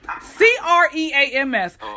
C-R-E-A-M-S